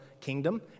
kingdom